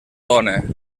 dona